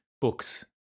books